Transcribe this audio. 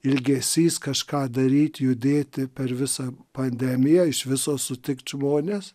ilgesys kažką daryt judėti per visą pandemiją iš viso sutikt žmones